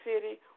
city